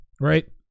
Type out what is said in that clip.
right